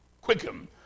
quicken